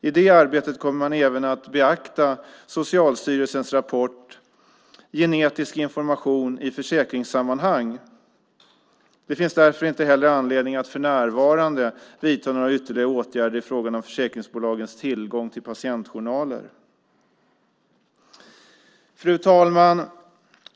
I det arbetet kommer man även att beakta Socialstyrelsens rapport Genetisk information i försäkringssammanhang . Det finns därför inte heller anledning att för närvarande vidta några ytterligare åtgärder i fråga om försäkringsbolagens tillgång till patientjournaler. Fru talman!